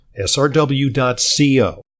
srw.co